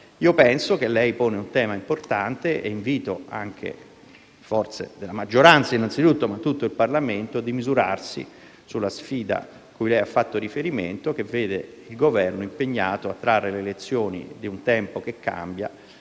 che egli abbia posto un tema importante e invito pertanto le forze della maggioranza innanzitutto, ma tutto il Parlamento, a misurarsi sulla sfida a cui ha fatto riferimento, che vede il Governo impegnato a trarre lezioni da un tempo che cambia,